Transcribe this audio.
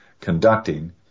conducting